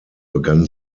begann